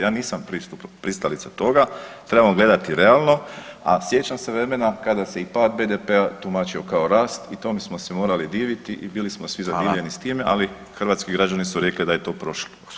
Ja nisam pristalica toga, trebamo gledati realno, a sjećam se vremena kada se i pad BDP-a tumačio kao rast i tome smo se morali diviti i bili smo svi zadivljeni [[Upadica: Hvala.]] s time, ali hrvatski građani su rekli da je to prošlo.